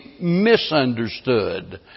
misunderstood